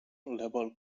level